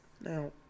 Now